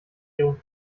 ihrem